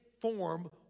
form